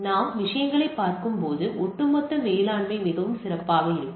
நாம் விஷயங்களைப் பார்க்கும்போது ஒட்டுமொத்த மேலாண்மை மிகவும் சிறப்பாக இருக்கும்